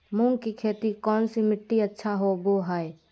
मूंग की खेती कौन सी मिट्टी अच्छा होबो हाय?